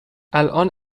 الان